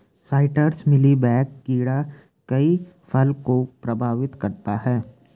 citrus mealy bug कीड़ा कई फल को प्रभावित करता है